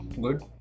good